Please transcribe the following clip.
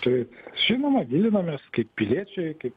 taip žinoma gilinomės kiek piliečiai kaip